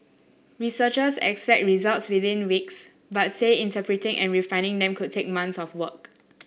researchers expect results within weeks but say interpreting and refining them could take months of work